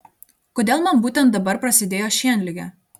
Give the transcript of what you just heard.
kodėl man būtent dabar prasidėjo šienligė